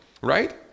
right